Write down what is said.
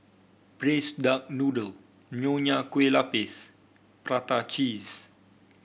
Braised Duck Noodle Nonya Kueh Lapis Prata Cheese